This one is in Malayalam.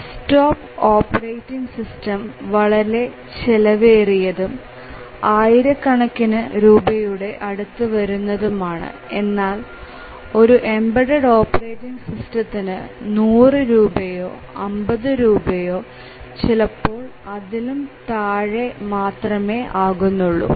ഡെസ്ക്ടോപ്പ് ഓപ്പറേറ്റിങ്ങ് സിസ്റ്റം വളരെ ചെലവേറിയതും ആയിരക്കണക്കിന് രൂപയുടെ അടുത്ത് വരുന്നതുമാണ് എന്നാൽ ഒരു എംബഡ് ഓപ്പറേറ്റിങ് സിസ്റ്റത്തിന് 100 രൂപയോ 50 രൂപയോ ചിലപ്പോൾ അതിലും താഴെ മാത്രമേ ആകുന്നുള്ളൂ